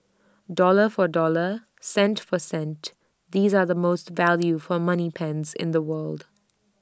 dollar for dollar cent for cent these are the most value for money pens in the world